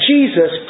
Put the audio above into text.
Jesus